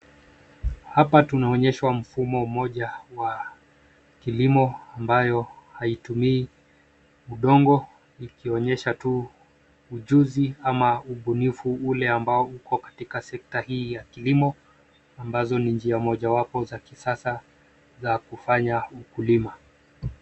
Hapa tunaonyeshwa mfumo mmoja wa kilimo ambayo haitumii udongo ikionyesha tu ujuzi ama ubunifu ile ambao uko katika sekta hii ambazo ni njia mojawapo za kisasa za kufanya ukulima.